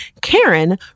Karen